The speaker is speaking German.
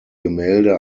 gemälde